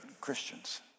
Christians